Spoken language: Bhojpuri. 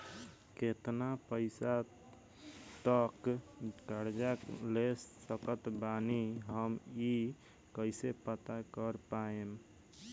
केतना पैसा तक कर्जा ले सकत बानी हम ई कइसे पता कर पाएम?